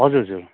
हजुर हजुर